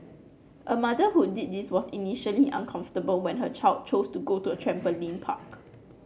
a mother who did this was initially uncomfortable when her child chose to go to a trampoline park